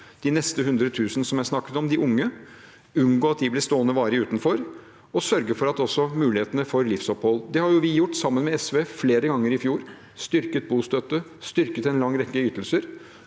de neste 100 000 som jeg snakket om, vi må unngå at de unge blir stående varig utenfor og også sørge for mulighetene for livsopphold. Det har vi gjort sammen med SV flere ganger i fjor – styrket bostøtte, styrket en lang rekke ytelser.